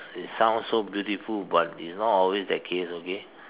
it sounds so beautiful but it is not always that case okay